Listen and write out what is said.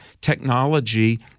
technology